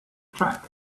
track